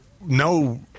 no